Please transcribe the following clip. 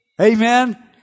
Amen